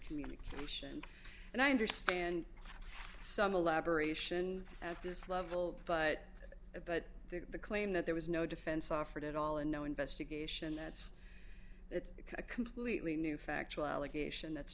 communication and i understand some elaboration at this level but it but that the claim that there was no defense offered at all and no investigation that's that's completely new factual allegation that's